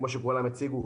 כפי שכולם הציגו.